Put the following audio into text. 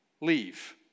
leave